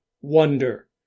wonder